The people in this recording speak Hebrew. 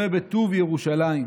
"וראה בטוב ירושלים".